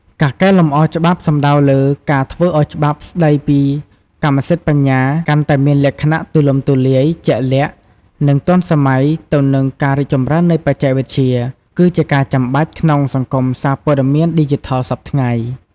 ការកែលម្អច្បាប់សំដៅលើការធ្វើឱ្យច្បាប់ស្តីពីកម្មសិទ្ធិបញ្ញាកាន់តែមានលក្ខណៈទូលំទូលាយ ជាក់លាក់ និងទាន់សម័យទៅនឹងការរីកចម្រើននៃបច្ចេកវិទ្យា គឺជាការចាំបាច់ក្នុងសង្គមសារព័ត៌មានឌីជីថលសព្វថ្ងៃ។